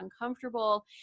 uncomfortable